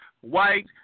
white